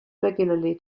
regularly